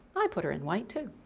i put her in white too.